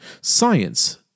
science